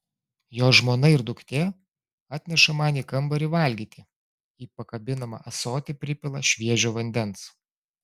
jo žmona ir duktė atneša man į kambarį valgyti į pakabinamą ąsotį pripila šviežio vandens